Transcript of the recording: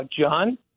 John